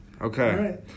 Okay